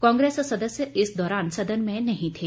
कांग्रेस सदस्य इस दौरान सदन में नहीं थे